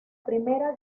primera